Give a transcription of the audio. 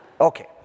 Okay